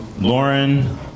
Lauren